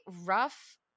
rough